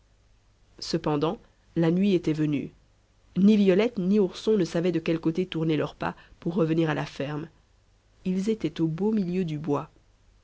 cependant la nuit était venue ni violette ni ourson ne savaient de quel côté tourner leurs pas pour revenir à la ferme ils étaient au beau milieu du bois